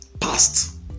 past